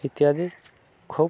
ଇତ୍ୟାଦି ଖୁବ୍